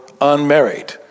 unmarried